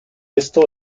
esto